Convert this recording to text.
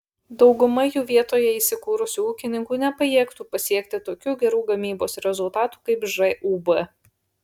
dauguma jų vietoje įsikūrusių ūkininkų nepajėgtų pasiekti tokių gerų gamybos rezultatų kaip žūb